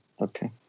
Okay